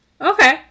Okay